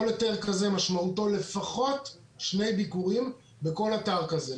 כל היתר כזה משמעותו לפחות שני ביקורים בכל אתר כזה.